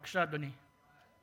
בבקשה, אדוני.